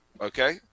okay